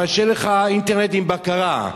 אבל שיהיה לך אינטרנט עם בקרה,